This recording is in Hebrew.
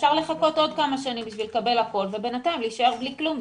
אפשר לחכות עוד כמה שנים בשביל לקבל הכול ובינתיים להישאר בלי כלום,